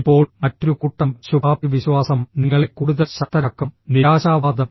ഇപ്പോൾ മറ്റൊരു കൂട്ടംഃ ശുഭാപ്തിവിശ്വാസം നിങ്ങളെ കൂടുതൽ ശക്തരാക്കും നിരാശാവാദം